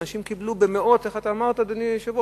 אנשים קיבלו במאות, איך אמרת, אדוני היושב-ראש?